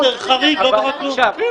בסדר, חריג, לא קרה כלום.